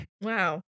Wow